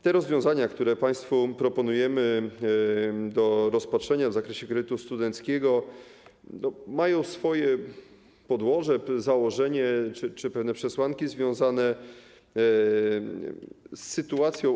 Te rozwiązania, które państwu proponujemy do rozpatrzenia w zakresie kredytu studenckiego, mają swoje podłoże, założenia czy pewne przesłanki związane z obecną sytuacją.